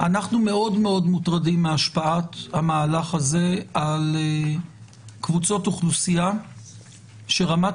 אנחנו מאוד מאוד מוטרדים מהשפעת המהלך הזה על קבוצות אוכלוסייה שרמת